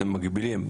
אתם מגבילים.